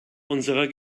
unserer